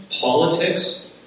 politics